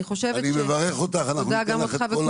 אני מברך אותך ואנחנו ניתן לך את כל